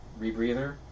rebreather